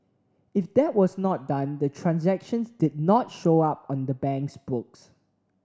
if that was not done the transactions did not show up on the bank's books